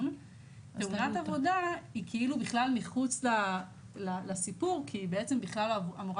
תאונת עבודה היא כאילו בכלל מחוץ לסיפור כי היא אמורה